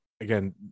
Again